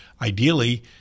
ideally